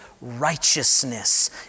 righteousness